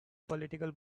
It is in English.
political